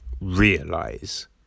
realize